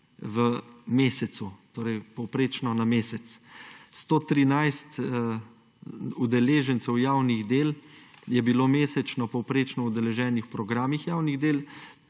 v mesecu, torej povprečno na mesec. 113 udeležencev javnih del je bilo mesečno povprečno udeleženih v programih javnih del,